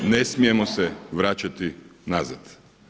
Ne smijemo se vraćati nazad.